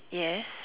yes